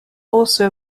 also